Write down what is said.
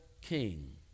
king